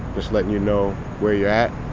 just letting you know where you're at.